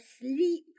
sleep